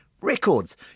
Records